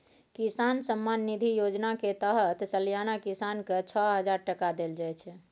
किसान सम्मान निधि योजना केर तहत सलियाना किसान केँ छअ हजार टका देल जाइ छै